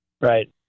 Right